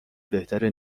بهتر